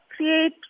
create